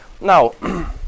Now